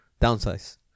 Downsize